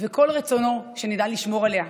וכל רצונו שנדע לשמור עליה,